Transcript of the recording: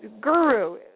guru